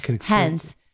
Hence